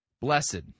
Blessed